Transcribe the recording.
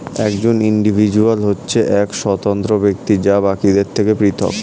একজন ইন্ডিভিজুয়াল হচ্ছে এক স্বতন্ত্র ব্যক্তি যে বাকিদের থেকে পৃথক